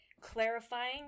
clarifying